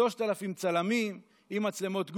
3,000 צלמים עם מצלמות גוף.